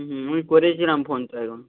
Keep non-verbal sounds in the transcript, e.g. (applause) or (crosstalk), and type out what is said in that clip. হুম আমি করেছিলাম ফোনটা (unintelligible)